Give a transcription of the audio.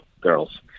girls